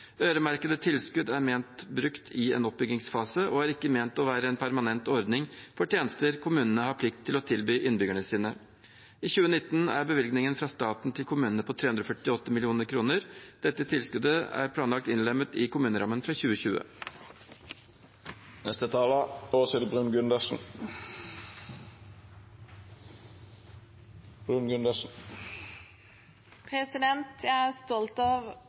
Øremerkede tilskudd er ment brukt i en oppbyggingsfase og er ikke ment å være en permanent ordning for tjenester kommunene har plikt til å tilby innbyggerne sine. I 2019 er bevilgningen fra staten til kommunene på 348 mill. kr. Dette tilskuddet er planlagt innlemmet i kommunerammen for 2020. Jeg er